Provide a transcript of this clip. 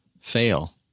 fail